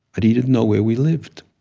but he didn't know where we lived.